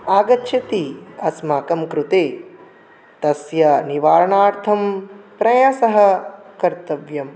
आगच्छति अस्माकङ्कृते तस्य निवारणार्थं प्रयासः कर्तव्यः